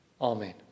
Amen